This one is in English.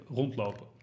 rondlopen